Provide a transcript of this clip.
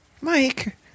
Mike